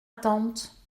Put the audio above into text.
tante